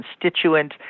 constituent